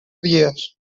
dies